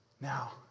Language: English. Now